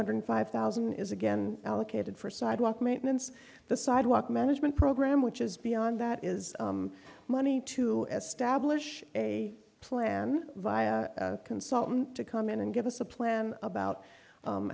hundred five thousand is again allocated for sidewalk maintenance the sidewalk management program which is beyond that is money to establish a plan consultant to come in and give us a plan about